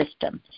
system